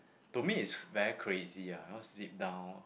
to me is very crazy ah I was sit down